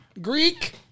Greek